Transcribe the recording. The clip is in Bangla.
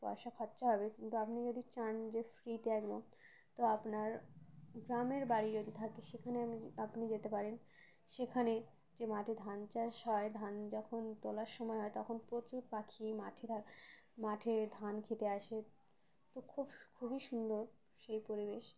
পয়সা খরচা হবে কিন্তু আপনি যদি চান যে ফ্রিতে একল তো আপনার গ্রামের বাড়ি যদি থাকে সেখানে আমি আপনি যেতে পারেন সেখানে যে মাঠে ধান চাষ হয় ধান যখন তোলার সময় হয় তখন প্রচুর পাখি মাঠে থা মাঠে ধান খেতে আসে তো খুব খুবই সুন্দর সেই পরিবেশ